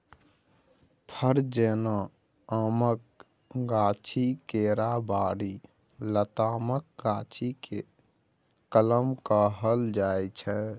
फर जेना आमक गाछी, केराबारी, लतामक गाछी केँ कलम कहल जाइ छै